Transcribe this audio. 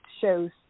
shows